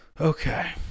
okay